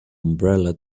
umbrella